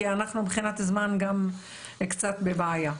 כי אנחנו מבחינת זמן גם קצת בבעיה.